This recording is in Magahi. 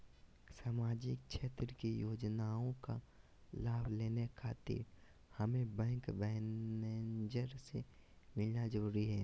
सामाजिक क्षेत्र की योजनाओं का लाभ लेने खातिर हमें बैंक मैनेजर से मिलना जरूरी है?